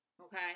okay